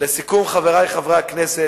לסיכום, חברי חברי הכנסת,